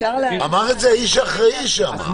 אמר את זה האיש האחראי שם.